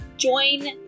Join